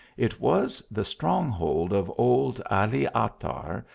it was the strong-hold of old ali atar,